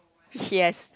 he has